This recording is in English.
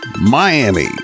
Miami